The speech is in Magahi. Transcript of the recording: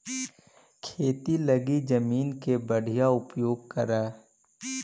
खेती लगी जमीन के बढ़ियां उपयोग करऽ